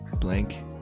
blank